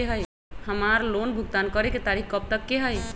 हमार लोन भुगतान करे के तारीख कब तक के हई?